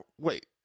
Wait